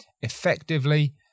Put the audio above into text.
effectively